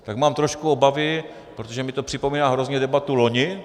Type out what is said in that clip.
Tak mám trošku obavy, protože mi to připomíná debatu loni.